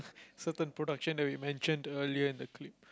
certain production that we mentioned earlier in the clip